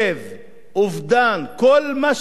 ויש לזה השלכות על אלה שנשארו בחיים,